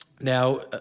Now